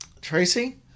Tracy